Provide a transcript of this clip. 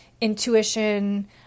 intuition